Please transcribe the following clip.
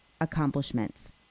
accomplishments